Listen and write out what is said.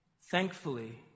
Thankfully